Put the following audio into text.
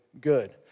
good